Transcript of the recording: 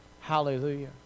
Hallelujah